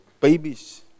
babies